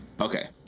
Okay